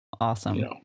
awesome